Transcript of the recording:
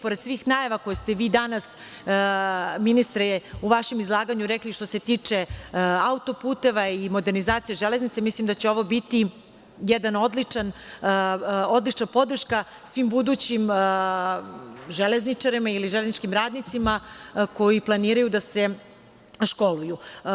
Pored svih najava koje ste vi danas, ministre, u vašem izlaganju rekli što se tiče autoputeva i modernizacije železnice, mislim da će ovo biti jedna odlična podrška svim budućim železničarima ili železničkim radnicima koji planiraju da se školuju.